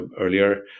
earlier